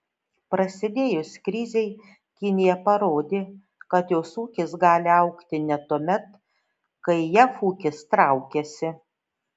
prasidėjus krizei kinija parodė kad jos ūkis gali augti net tuomet kai jav ūkis traukiasi